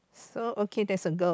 so okay there's a girl